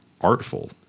artful